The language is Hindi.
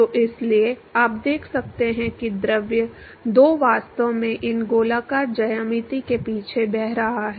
तो इसलिए आप देख सकते हैं कि द्रव दो वास्तव में इन गोलाकार ज्यामिति के पीछे बह रहा है